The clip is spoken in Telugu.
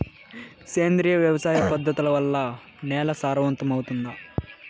సేంద్రియ వ్యవసాయ పద్ధతుల వల్ల, నేల సారవంతమౌతుందా?